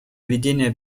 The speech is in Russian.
ведения